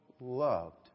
loved